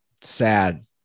sad